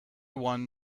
one